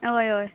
ऑय ऑय